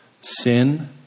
Sin